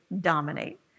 dominate